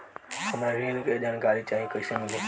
हमरा ऋण के जानकारी चाही कइसे मिली?